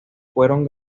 fueron